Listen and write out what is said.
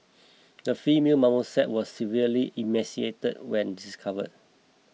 the female marmoset was severely emaciated when discovered